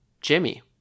jimmy